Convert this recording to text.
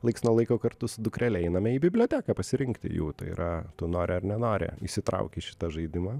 laiks nuo laiko kartu su dukrele einame į biblioteką pasirinkti jų yra tu nori ar nenori įsitrauki į šitą žaidimą